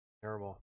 Terrible